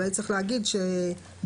אולי צריך להגיד שסוגה,